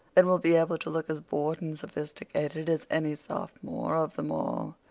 then we'll be able to look as bored and sophisticated as any sophomore of them all.